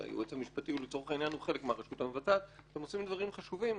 הייעוץ המשפטי הוא חלק מהרשות המבצעת עושים דברים חשובים,